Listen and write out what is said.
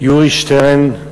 יורי שטרן,